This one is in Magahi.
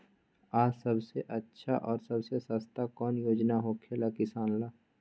आ सबसे अच्छा और सबसे सस्ता कौन योजना होखेला किसान ला?